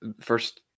first